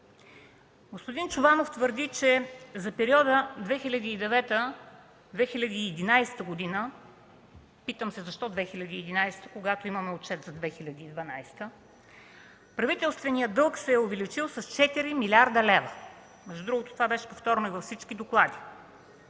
Господин Чобанов твърди, че за периода 2009-2011 г. – питам се защо 2011 г., когато имаме отчет за 2012-а – правителственият дълг се е увеличил с 4 милиарда лв. Между другото, това беше повтаряно и във всички доклади.